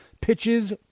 pitches